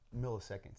milliseconds